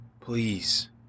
Please